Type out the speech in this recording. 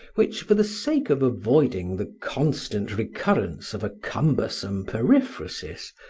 which, for the sake of avoiding the constant recurrence of a cumbersome periphrasis,